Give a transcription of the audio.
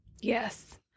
Yes